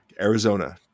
Arizona